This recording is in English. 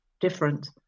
different